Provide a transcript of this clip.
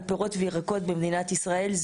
על פירות וירקות במדינת ישראל.